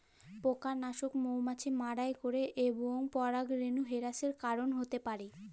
পকালাসক মমাছি মারাই ক্যরে এবং পরাগরেলু হেরাসের কারল হ্যতে পারে